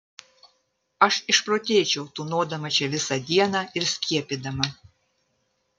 aš išprotėčiau tūnodama čia visą dieną ir skiepydama